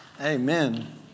Amen